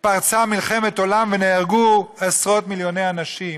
פרצה מלחמת עולם ונהרגו עשרות מיליוני אנשים,